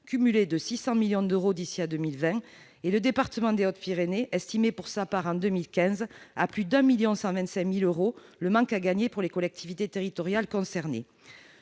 cumulée de 600 millions d'euros d'ici à 2020 ; le département des Hautes-Pyrénées estimait pour sa part en 2015 à plus de 1,125 million d'euros le manque à gagner pour les collectivités territoriales concernées.